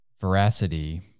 veracity